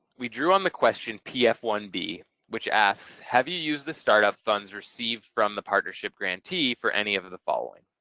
we drew on the question p f one b which asks, have you used the start-up funds received from the partnership grantee for any of of the following?